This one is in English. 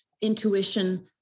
intuition